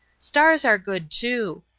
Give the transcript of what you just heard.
stars are good, too.